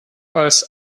als